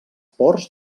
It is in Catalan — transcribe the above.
ports